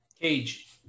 Cage